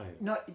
no